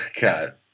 God